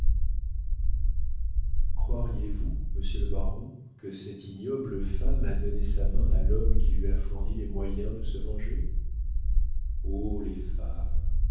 croiriez-vous monsieur le baron que cette ignoble femme a donné sa main à l'homme qui lui a fourni les moyens de se venger oh les femmes